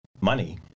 money